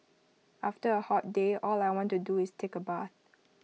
after A hot day all I want to do is take A bath